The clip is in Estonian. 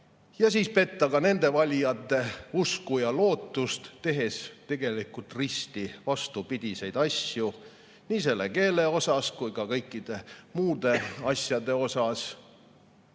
Ja siis petetakse nende valijate usku ja lootust, tehes tegelikult risti vastupidiseid asju nii selle keele osas kui ka kõikide muude asjade osas.